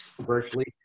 virtually